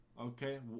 Okay